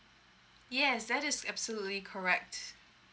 yes that is absolutely correct